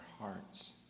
hearts